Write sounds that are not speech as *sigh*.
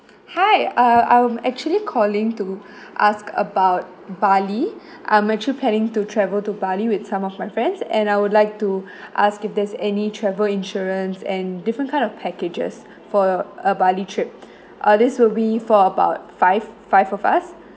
hi uh I'm actually calling to ask about bali *breath* I'm actually planning to travel to bali with some of my friends and I would like to *breath* ask if there's any travel insurance and different kind of packages for a a bali trip ah this will be for about five five of us